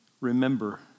remember